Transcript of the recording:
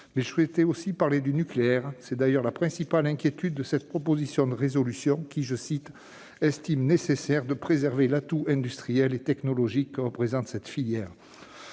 Je souhaite aussi parler du nucléaire. C'est d'ailleurs la principale inquiétude qu'exprime cette proposition de résolution, dont les auteurs estiment « nécessaire de préserver l'atout industriel et technologique que représente cette filière ».